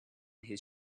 his